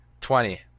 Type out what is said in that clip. twenty